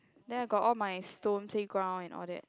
then I got all my stone playground and all that